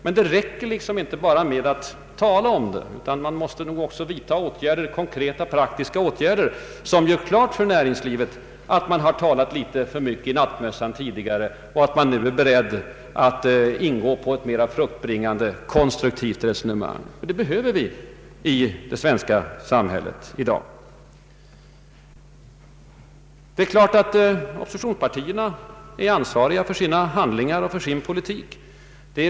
Men det räcker inte med att bara tala om saken, utan man måste också vidta konkreta, praktiska åtgärder som gör klart för näringslivet att man tidigare talat för mycket i nattmössan och nu är beredd att ingå på ett mera fruktbringande, konstruktivt resonemang, vilket vi behöver i det svenska samhället i dag. Det är givet att oppositionspartierna är ansvariga för sina handlingar och för sin politik.